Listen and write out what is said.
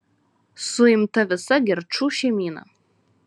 suimta visa gerčų šeimyna